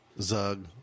Zug